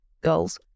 goals